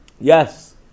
Yes